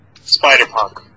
Spider-Punk